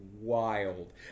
wild